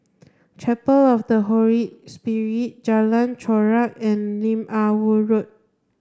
Chapel of the Holy Spirit Jalan Chorak and Lim Ah Woo Road